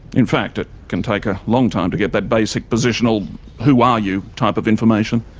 in fact, it can take a long time to get that basic positional who are you type of information,